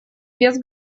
без